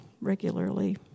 regularly